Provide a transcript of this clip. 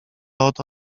oto